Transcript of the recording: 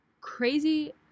crazy